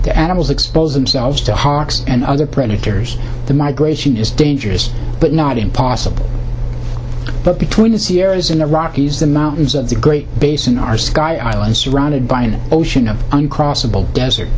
the animals expose themselves to hawks and other predators the migration is dangerous but not impossible but between the sierras and the rockies the mountains of the great basin are sky island surrounded by an ocean of uncrossable desert